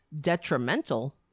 detrimental